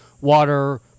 water